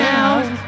out